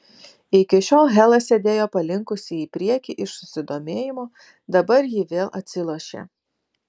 iki šiol hela sėdėjo palinkusi į priekį iš susidomėjimo dabar ji vėl atsilošė